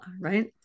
right